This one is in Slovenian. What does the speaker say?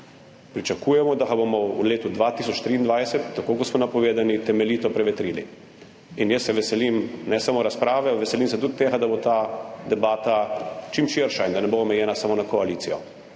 Pričakujemo, da ga bomo v letu 2023, tako kot smo napovedali, temeljito prevetrili. In jaz se veselim ne samo razprave, veselim se tudi tega, da bo ta debata čim širša in da ne bo omejena samo na koalicijo.